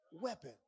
weapon